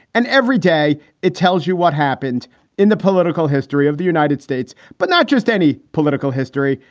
and every day it tells you what happened in the political history of the united states, but not just any political history,